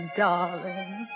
darling